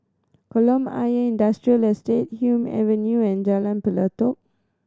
Kolam Ayer Industrial Estate Hume Avenue and Jalan Pelatok